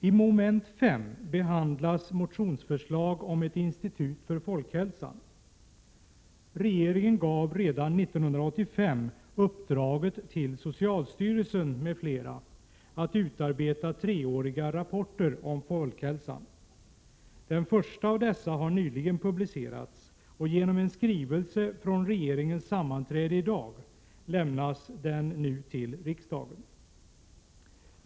I mom. 5 behandlas motionsförslag om ett institut för folkhälsan. Regeringen gav redan 1985 socialstyrelsen m.fl. i uppdrag att utarbeta treårsrapporter om folkhälsan. Den första av dessa har nyligen publicerats och genom en skrivelse från regeringens sammanträde i dag lämnas den nu till riksdagen.